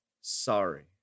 sorry